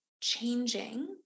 changing